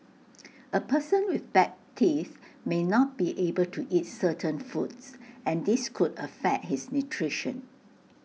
A person with bad teeth may not be able to eat certain foods and this could affect his nutrition